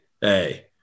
hey